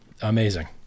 amazing